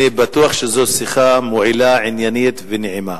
אני בטוח שזו שיחה מועילה, עניינית ונעימה.